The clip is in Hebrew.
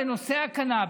ועדה לנושא הקנביס,